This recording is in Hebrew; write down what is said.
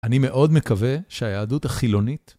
אני מאוד מקווה שהיהדות החילונית...